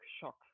shock